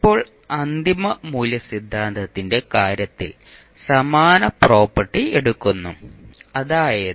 ഇപ്പോൾ അന്തിമ മൂല്യ സിദ്ധാന്തത്തിന്റെ കാര്യത്തിൽ സമാന പ്രോപ്പർട്ടി എടുക്കുന്നു അതായത്